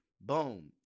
Boom